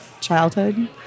childhood